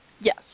Yes